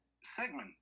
segment